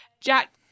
jack